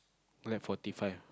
black forty five